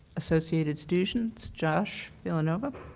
associated students, josh villanova?